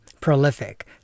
prolific